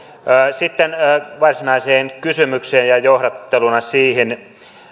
sitten varsinaiseen kysymykseen ja johdatteluna siihen